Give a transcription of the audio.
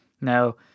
now